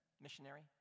missionary